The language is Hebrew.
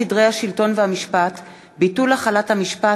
הצעת חוק סדרי השלטון והמשפט (ביטול החלת המשפט,